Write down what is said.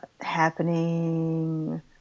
happening